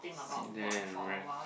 sit there and rest